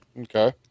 Okay